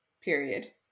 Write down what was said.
period